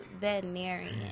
veterinarian